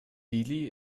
dili